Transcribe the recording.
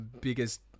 biggest